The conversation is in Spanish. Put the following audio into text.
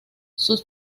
sus